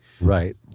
Right